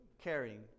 caring